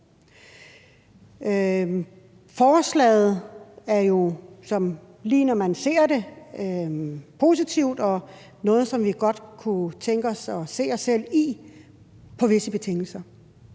Forslaget er jo, sådan lige når man ser det, positivt og noget, som vi godt kunne tænke os at se os selv i – på visse betingelser.